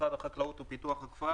משרד החקלאות ופיתוח הכפר.